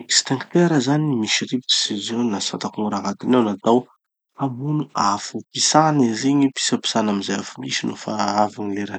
Gn'extincteur zany misy rivotsy izy io na tsy fantako gny raha agnatiny ao, natao hamono afo. Pitsana izy igny, pitsapitsana amy ze afo misy nofa avy gny lerany.